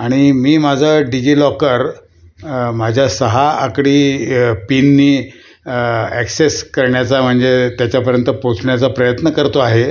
आणि मी माझं डिजिलॉकर माझ्या सहा आकडी पिनने ॲक्सेस करण्याचा म्हणजे त्याच्यापर्यंत पोचण्याचा प्रयत्न करतो आहे